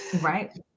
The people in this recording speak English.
Right